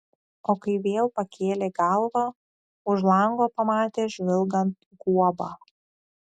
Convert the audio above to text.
o kai vėl pakėlė galvą už lango pamatė žvilgant guobą